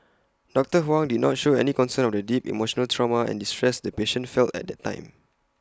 doctor Huang did not show any concern of the deep emotional trauma and distress the patient felt at that time